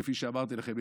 כפי שאמרתי לכם,